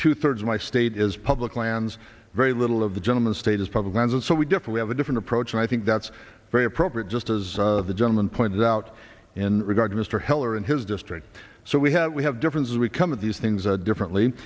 two thirds of my state is public lands very little of the gentleman state is propaganda so we differ we have a different approach and i think that's very appropriate just as the gentleman pointed out in regard to mr heller in his district so we have we have differences we come at these things differently